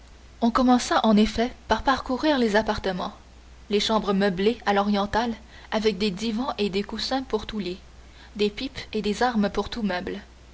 on commença en effet par parcourir les appartements les chambres meublées à l'orientale avec des divans et des coussins pour tout lit des pipes et des armes pour tous meubles